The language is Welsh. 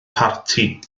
parti